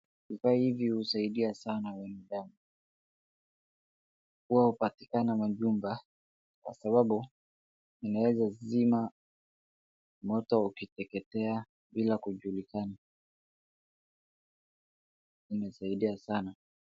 Vifaa hivi husaidia sana nyumbani. Huwa hupatikana majumba kwa sababu inaeza zima moto ukiteketea bila kujulikana. Inasaidia sana.